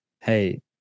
Hey